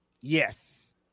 Yes